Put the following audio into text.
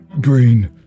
green